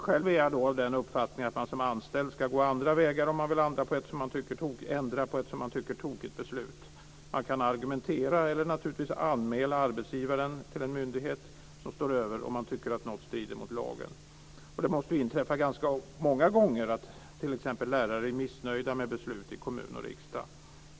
Själv är jag av den uppfattningen att man som anställd ska gå andra vägar om man vill ändra på ett som man tycker tokigt beslut. Man kan argumentera eller naturligtvis anmäla arbetsgivaren till en myndighet som står över om man tycker att något strider mot lagen. Och det måste ju inträffa ganska många gånger att t.ex. lärare är missnöjda med beslut i kommunerna och riksdagen.